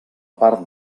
part